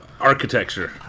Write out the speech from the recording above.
architecture